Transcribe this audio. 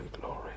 glory